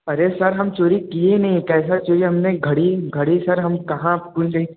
अरे सर हम चोरी किए नहीं हैं कैसा चोरी हमने घड़ी घड़ी सर हम कहाँ ढूंढें